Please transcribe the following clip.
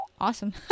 awesome